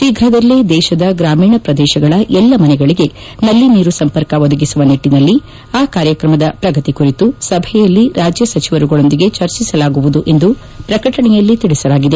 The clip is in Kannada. ಶೀಫ್ರದಲ್ಲೇ ದೇಶದ ಗ್ರಾಮೀಣ ಪ್ರದೇಶಗಳ ಎಲ್ಲ ಮನೆಗಳಿಗೆ ನಲ್ಲಿ ನೀರು ಸಂಪರ್ಕ ಒದಗಿಸುವ ನಿಟ್ಟಿನಲ್ಲಿ ಆ ಕಾರ್ಯಕ್ರಮದ ಪ್ರಗತಿ ಕುರಿತು ಸಭೆಯಲ್ಲಿ ರಾಜ್ಯ ಸಚಿವರುಗಳೊಂದಿಗೆ ಚರ್ಚಿಸಲಾಗುವುದು ಎಂದು ಪ್ರಕಟಣೆಯಲ್ಲಿ ತಿಳಿಸಲಾಗಿದೆ